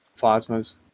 plasmas